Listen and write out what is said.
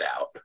out